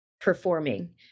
performing